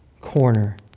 corner